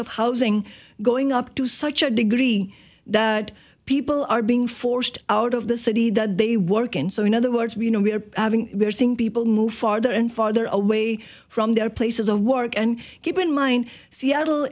of housing going up to such a degree that people are being forced out of the city that they work and so in other words you know we're having we're seeing people move farther and farther away from their places of work and keep in mind seattle